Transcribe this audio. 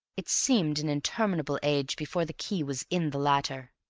it seemed an interminable age before the key was in the latter.